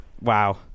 Wow